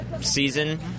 season